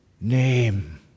name